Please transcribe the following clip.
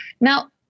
Now